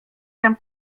tam